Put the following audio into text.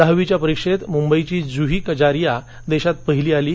दहावीच्या परीक्षेत मुंबईची जूही कजारिया देशात पहिली आली आहे